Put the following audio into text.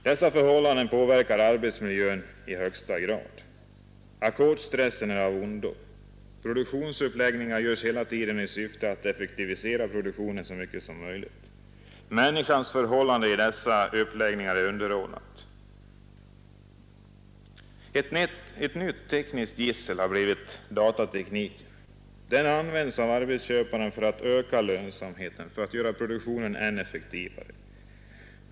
Dessa förhållanden påverkar arbetsmiljön i högsta grad. Ackordstressen är av ondo. Produktionsuppläggningar görs hela tiden i syfte att effektivisera produktionen så mycket som möjligt. Människans förhållande i dessa uppläggningar är underordnat. Ett nytt tekniskt gissel har blivit datatekniken. Den används av arbetsköparen för att öka lönsamheten och göra produktionen än effektivare.